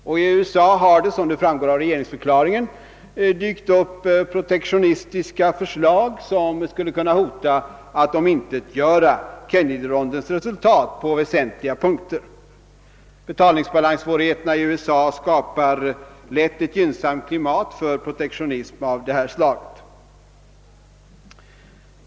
I USA har det, som framgår av regeringsförklaringen, dykt upp protektionistiska förslag, som skulle kunna hota att omintetgöra Kennedyrondens resultat på väsentliga punkter. Betalningsbalanssvårigheterna i USA skapar lätt ett gynnsamt klimat för protektionism av detta slag.